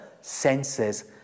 senses